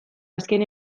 azken